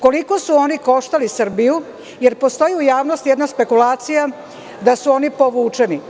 Koliko su oni koštali Srbiju, jer postoji u javnosti jedna spekulacija da su oni povučeni.